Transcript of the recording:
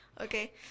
Okay